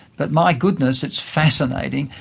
but my goodness it's fascinating,